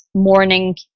morning